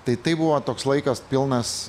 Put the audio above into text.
tai tai buvo toks laikas pilnas